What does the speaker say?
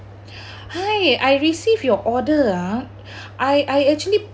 hi I received your order ah I I actually